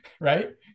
right